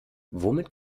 womit